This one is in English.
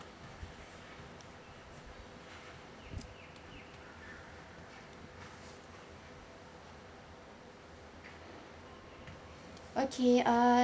okay uh